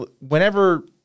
whenever